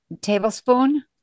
tablespoon